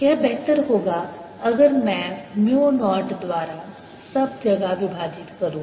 यह बेहतर होगा अगर मैं म्यू नॉट द्वारा सब जगह विभाजित करूं